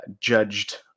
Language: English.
judged